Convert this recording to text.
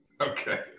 Okay